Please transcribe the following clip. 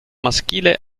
maschile